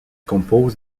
compose